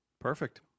Perfect